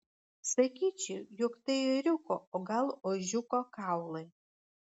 sakyčiau jog tai ėriuko o gal ožiuko kaulai